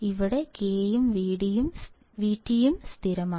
ഇവിടെ Kയും VTയും സ്ഥിരമാണ്